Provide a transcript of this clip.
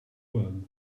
worm